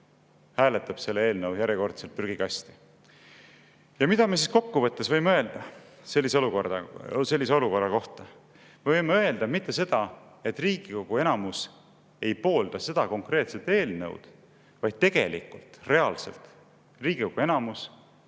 hääletab selle eelnõu järjekordselt prügikasti. Mida me siis kokkuvõttes võime öelda sellise olukorra kohta? Mitte isegi seda, et Riigikogu enamus ei poolda seda konkreetset eelnõu, vaid seda, et tegelikult Riigikogu enamus,